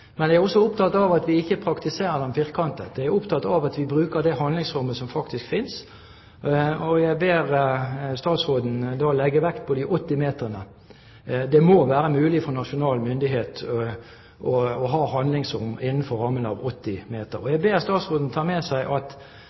også opptatt av at vi ikke praktiserer dem firkantet. Jeg er opptatt av at vi bruker det handlingsrommet som faktisk finnes, og jeg ber da statsråden om å legge vekt på de 80 meterne. Det må være mulig for nasjonal myndighet å ha handlingsrom innenfor rammen av 80 meter. Jeg ber også statsråden om å ta med seg at